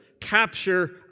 capture